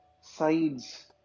sides